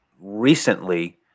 recently